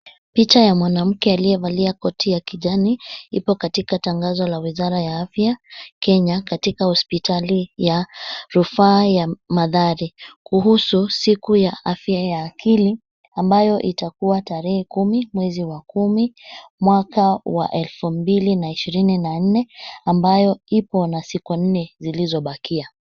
Picha ya mwanamke aliyevalia koti ya kijani, ipo katika tangazo la wizara ya afya Kenya katika hospitali ya rufaa ya Mathari, kuhusu siku ya afya ya akili ambayo itakua tarehe kumi, mwezi wa kuma mwaka wa elfu mbili na ishirini na nne ambayo ipo na siku nne zilizobakia.